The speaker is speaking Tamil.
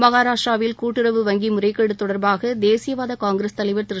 மகாராஷ்ட்டிராவில் கூட்டுறவு வங்கி முறைகேடு தொடர்பாக தேசியவாத காங்கிரஸ் தலைவர் திரு